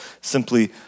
simply